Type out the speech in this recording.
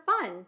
fun